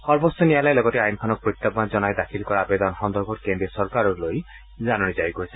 সৰ্বোচ্চ ন্যায়ালয়ে লগতে আইনখনক প্ৰত্যায়ান জনাই দাখিল কৰা আৱেদন সন্দৰ্ভত কেন্দ্ৰীয় চৰকাৰলৈ জাননী জাৰি কৰিছে